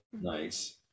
Nice